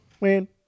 win